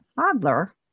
toddler